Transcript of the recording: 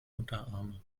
unterarme